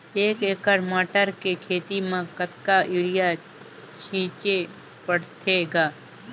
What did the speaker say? एक एकड़ मटर के खेती म कतका युरिया छीचे पढ़थे ग?